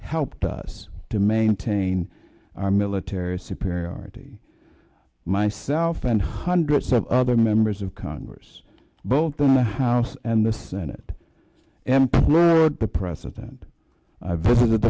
helped us to maintain our military superiority myself and hundreds of other members of congress both in the house and the senate employer would the president i visit